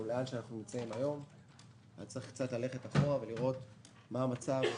לאן שאנחנו נמצאים היום צריך ללכת קצת אחורה ולראות מה המצב,